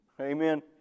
Amen